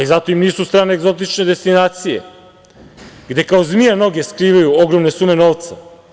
Zato im nisu strane egzotične destinacije gde kao zmija noge skrivaju ogromne sume novca.